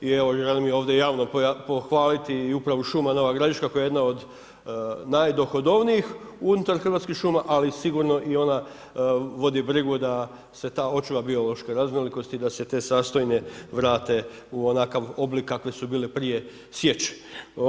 I evo želim i ovdje javno pohvaliti i Upravu šuma Nova Gradiška koja je jedna od najdohodovnijih unutar Hrvatskih šuma, ali sigurno i ona vodi brigu da se ta očuva biološka raznolikost i da se te satojne vrate u onakav oblik kakve su bile prije sječe.